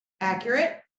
accurate